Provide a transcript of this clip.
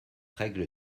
règle